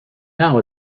now